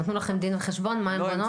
הן נתנו לכם דין וחשבון, מה הן בונות?